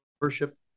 worship